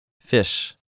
Fish